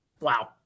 Wow